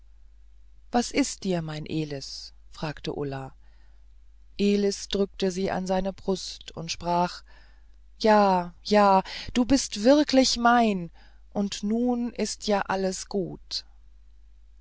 was ist dir mein elis fragte ulla elis drückte sie an seine brust und sprach ja ja du bist wirklich mein und nun ist ja alles gut